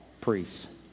priests